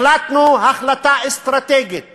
החלטנו החלטה אסטרטגית